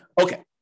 Okay